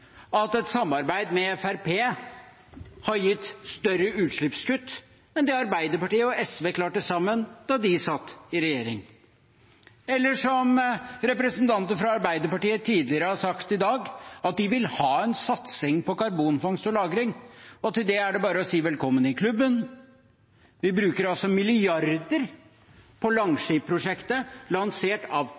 at et samarbeid med Fremskrittspartiet har gitt større utslippskutt enn det Arbeiderpartiet og SV klarte sammen da de satt i regjering. Eller som representanter fra Arbeiderpartiet tidligere har sagt i dag – at de vil ha en satsing på karbonfangst og -lagring. Til det er det bare å si velkommen i klubben. Vi bruker milliarder på Langskip-prosjektet lansert av